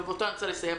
ובו אני רוצה לסיים,